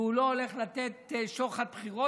והוא לא הולך לתת שוחד בחירות,